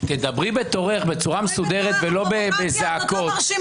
תדברי בתורך בצורה מסודרת ולא בזעקות.